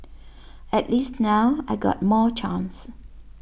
at least now I got more chance